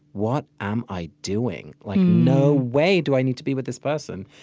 what am i doing? like no way do i need to be with this person.